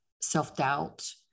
self-doubt